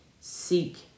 seek